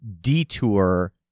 detour